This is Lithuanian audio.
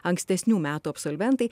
ankstesnių metų absolventai